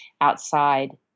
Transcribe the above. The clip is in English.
outside